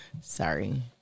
Sorry